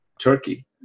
turkey